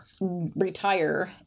retire